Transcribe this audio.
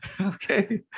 Okay